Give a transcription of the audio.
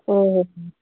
ஓ